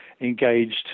engaged